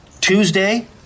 Tuesday